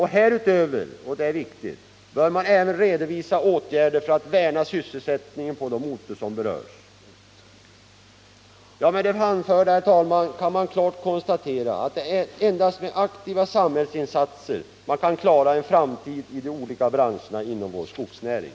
Härutöver bör” — och detta är viktigt — ”man även redovisa åtgärder för att värna sysselsättningen på de orter som berörs.” Med det anförda, herr talman, kan klart konstateras att det endast är med aktiva samhällsinsatser som man klara en framtid i de olika branscherna inom vår skogsnäring.